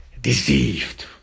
deceived